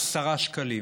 10 שקלים.